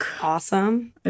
Awesome